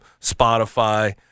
Spotify